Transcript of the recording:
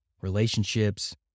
Relationships